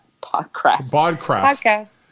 Podcast